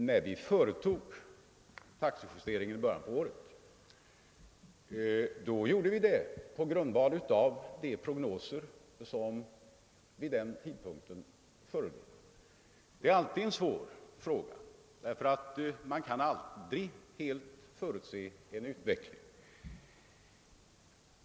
När vi företog taxejusteringen i början av året skedde det på grundval av de prognoser som vid den tidpunkten förelåg. Det är alltid svårt att göra prognoser; man kan aldrig helt förutse en utveckling.